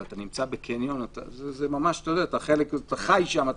אתה חי שם,